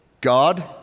God